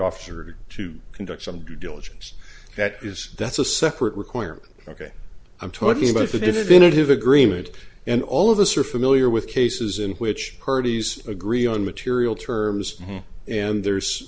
officer to conduct some due diligence that is that's a separate requirement ok i'm talking about the divinity of agreement and all of us are familiar with cases in which parties agree on material terms and there's